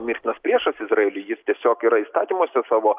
mirtinas priešas izraeliui jis tiesiog yra įstatymuose savo